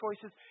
choices